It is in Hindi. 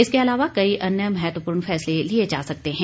इसके अलावा कई अन्य महत्वपूर्ण फैसले लिए जा सकते हैं